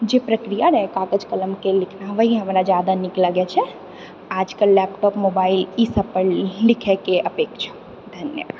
जे प्रक्रिया रहए कागज कलमके लिखना ओएह हमरा जादा निक लागैत छै आजकल लैपटॉप मोबाइल ई सभ पर लिखएके अपेक्षा धन्यवाद